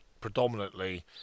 predominantly